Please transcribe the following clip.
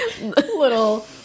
Little